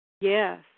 Yes